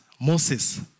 Moses